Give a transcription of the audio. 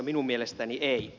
minun mielestäni ei